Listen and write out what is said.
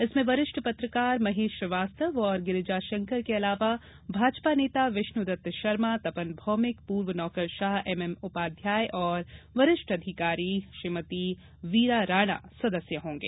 इसमें वरिष्ठ पत्रकार महेश श्रीवास्तव और गिरिजाशंकर के अलावा भाजपा नेता विष्णुदत्त शर्मा तपन भौमिक पूर्व नौकरशाह एम एम उपाध्याय और वरिष्ठ अधिकारी श्रीमती वीरा राणा सदस्य होंगे